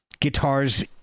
guitars